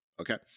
Okay